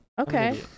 Okay